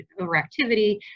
overactivity